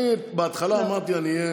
בהתחלה אמרתי: אני אהיה